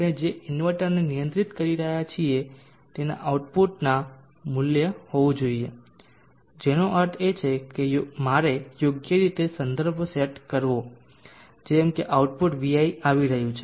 તેથી આપણે જે ઇન્વર્ટરને નિયંત્રિત કરી રહ્યા છીએ તેના આઉટપુટનું આ મૂલ્ય હોવું જોઈએ જેનો અર્થ છે કે મારે યોગ્ય રીતે સંદર્ભ સેટ કરવો જોઈએ જેમ કે આઉટપુટ Vi આવી રહ્યું છે